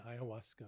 ayahuasca